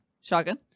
Shotgun